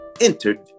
entered